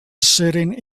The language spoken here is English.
sitting